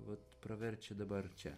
vat praverčia dabar čia